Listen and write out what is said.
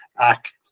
act